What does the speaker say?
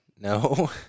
no